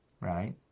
right